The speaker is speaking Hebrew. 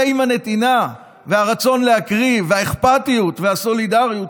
זה עם הנתינה והרצון להקריב והאכפתיות והסולידריות,